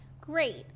Great